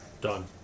Done